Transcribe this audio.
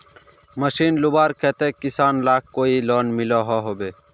Machine लुबार केते किसान लाक कोई लोन मिलोहो होबे?